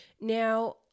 Now